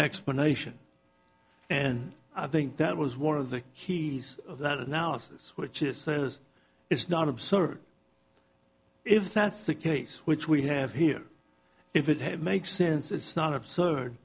explanation and i think that was one of the keys of that analysis which it says is not absurd if that's the case which we have here if it had makes sense it's not absurd